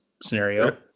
scenario